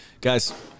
guys